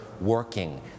working